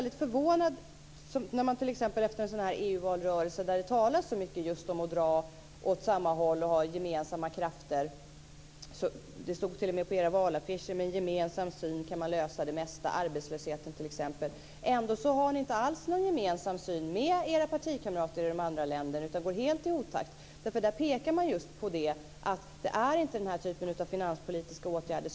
I EU-valrörelsen talades det så mycket just om att man skall dra åt samma håll och om gemensamma krafter. Det stod t.o.m. på era valaffischer att man med en gemensam syn kan lösa det mesta, t.ex. arbetslösheten. Då blir man ju väldigt förvånad över att ni och era partikamrater i de andra länderna inte alls har någon gemensam syn utan går helt i otakt. Där pekar man just på att det inte räcker med den här typen av finanspolitiska åtgärder.